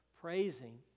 praising